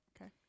Okay